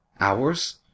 hours